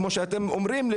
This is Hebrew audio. כמו שאתם אומרים,